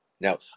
Now